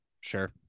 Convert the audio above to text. Sure